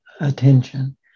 attention